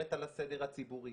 את לא מקשיבה,